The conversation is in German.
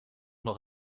noch